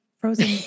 frozen